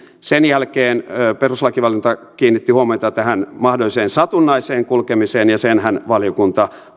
sen jälkeen perustuslakivaliokunta kiinnitti huomiota tähän mahdolliseen satunnaiseen kulkemiseen ja senhän valiokunta